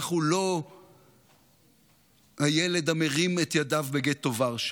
אנחנו לא הילד המרים את ידיו בגטו ורשה,